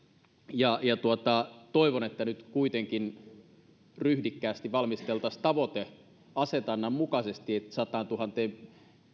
toivon että nyt kuitenkin ryhdikkäästi valmisteltaisiin tavoiteasetannan mukaisesti se että sataantuhanteen